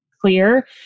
clear